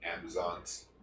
Amazons